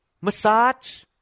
massage